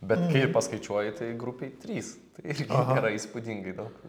bet kai paskaičiuoji tai grupėj trys tai irgi nėra įspūdingai daug